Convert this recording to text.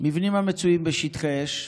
מבנים המצויים בשטחי אש,